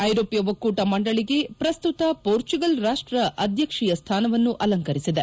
ಐರೋಪ್ಲ ಒಕ್ಕೂಟ ಮಂಡಳಿಗೆ ಪ್ರಸ್ತುತ ಮೋರ್ಚುಗಲ್ ರಾಷ್ಲ ಅಧ್ಯಕ್ಷೀಯ ಸ್ಲಾನವನ್ನು ಅಲಂಕರಿಸಿದೆ